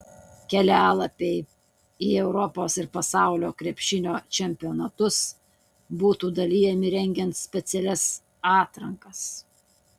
kelialapiai į europos ir pasaulio krepšinio čempionatus būtų dalijami rengiant specialias atrankas